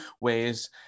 ways